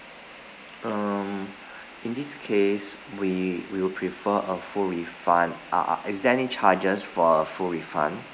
um in this case we we'll prefer a full refund uh uh is there any charges for a full refund